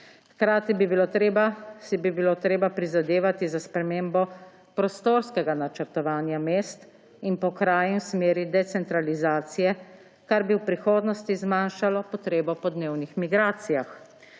Hkrati bi si bilo treba prizadevati za spremembo prostorskega načrtovanja mest in pokrajin v smeri decentralizacije, kar bi v prihodnosti zmanjšalo potrebo po dnevnih migracijah.